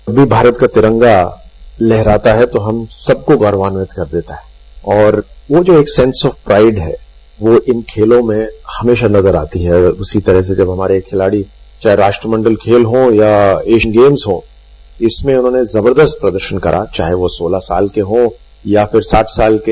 जब भी भारत का तिरंगा लहराता है तो हम सबको गौरवान्वित कर देता है और वो जो सेंस ऑफ प्राइड है वो इन खेलों में हमेशा नजर आती है उसी तरह से जब हमारे खिलाड़ी चाहे राष्ट्रमंडल खेल हो या एशियन गेम्स हो इसमें उन्होंने जबरदस्त प्रदर्शन करा चाहे वो सोलह साल के हो या फिर साठ साल के